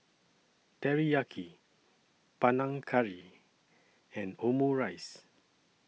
Teriyaki Panang Curry and Omurice